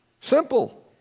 Simple